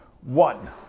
one